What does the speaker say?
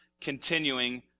continuing